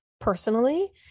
personally